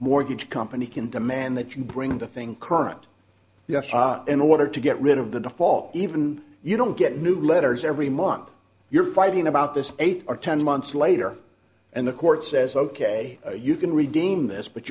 mortgage company can demand that you bring the thing current you have in order to get rid of the default even you don't get new letters every month you're fighting about this eight or ten months later and the court says ok you can redeem this but